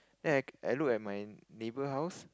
then I I look at my neighbour house